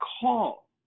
call